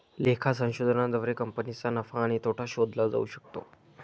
लेखा संशोधनाद्वारे कंपनीचा नफा आणि तोटा शोधला जाऊ शकतो